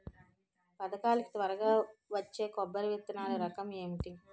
పథకాల కి త్వరగా వచ్చే కొబ్బరి విత్తనాలు రకం ఏంటి?